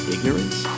Ignorance